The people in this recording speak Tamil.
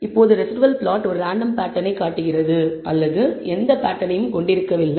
இப்போது ரெஸிடுவல் பிளாட் ஒரு ரேண்டம் பேட்டர்னை காட்டுகிறது அல்லது எந்த பேட்டர்னையும் கொண்டிருக்கவில்லை